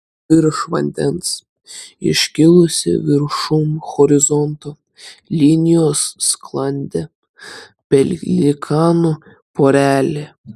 virš vandens iškilusi viršum horizonto linijos sklandė pelikanų porelė